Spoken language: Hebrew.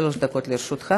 שלוש דקות לרשותך.